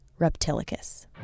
Reptilicus